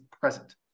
present